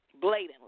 blatantly